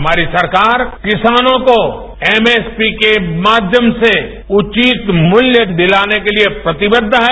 हमारी सरकार किसानों को एमएसपी के माध्यम से उचित मूल्य दिलाने के लिए प्रतिबद्ध है